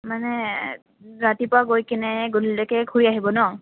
মানে ৰাতিপুৱা গৈ কেনে গধূলিলৈকে ঘূৰি আহিব ন